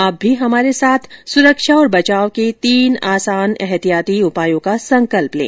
आप भी हमारे साथ सुरक्षा और बचाव के तीन आसान एहतियाती उपायों का संकल्प लें